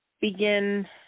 begin